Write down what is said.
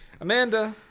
Amanda